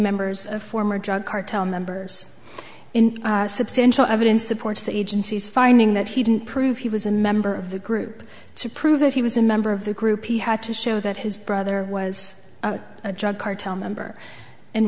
members of former drug cartel members in substantial evidence supports the agency's finding that he didn't prove he was a member of the group to prove that he was a member of the group he had to show that his brother was a drug cartel member and